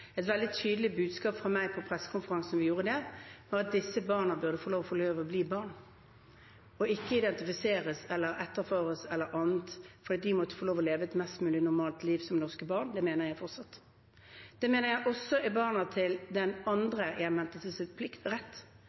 Et veldig tydelig budskap fra meg på pressekonferansen vi holdt da, var at disse barna burde få lov til å forbli barn og ikke identifiseres eller annet, for de måtte få lov til å leve et mest mulig normalt liv som norske barn. Det mener jeg fortsatt. Det mener jeg også er retten til barna til den andre